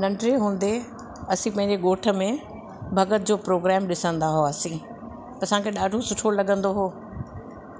नंढड़े हूंदे असां पंहिंजे ॻोठ में भॻत जो प्रोग्राम ॾिसंदा हुआसीं असांखे ॾाढो सुठो लॻंदो हुओ